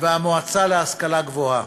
והמועצה להשכלה גבוהה.